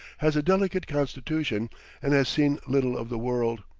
has a delicate constitution and has seen little of the world.